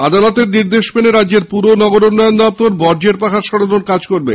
আদালতের নির্দেশ মেনে রাজ্যের পুর ও নগরোন্নয়ন দপ্তর বর্জ্যের পাহাড় সরানোর কাজ করবে